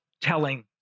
telling